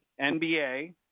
NBA